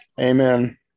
Amen